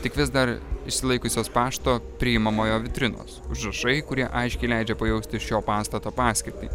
tik vis dar išsilaikiusios pašto priimamojo vitrinos užrašai kurie aiškiai leidžia pajausti šio pastato paskirtį